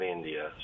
India